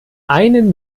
einen